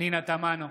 פנינה תמנו,